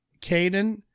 Caden